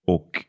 Och